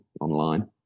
online